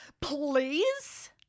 Please